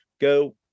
Go